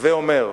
הווי אומר,